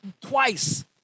twice